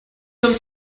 some